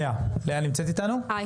לאה, בבקשה.